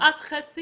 כמעט חצי